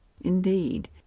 Indeed